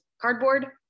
cardboard